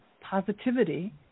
positivity